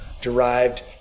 derived